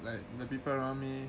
like the people around me